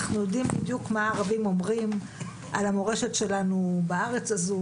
אנחנו יודעים בדיוק מה הערבים אומרים על המורשת שלנו בארץ הזו,